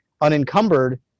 unencumbered